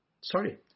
sorry